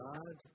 God